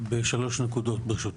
אני מבקשת לשבת איתם.